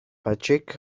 patrick